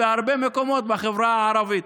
בהרבה מקומות בחברה הערבית.